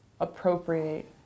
appropriate